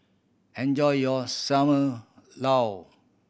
enjoy your Sam Lau